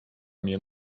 mnie